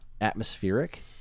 atmospheric